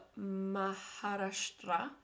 Maharashtra